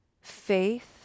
faith